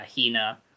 Hina